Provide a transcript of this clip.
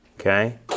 okay